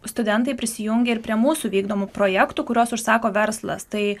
studentai prisijungė prie mūsų vykdomų projektų kuriuos užsako verslas tai